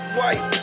white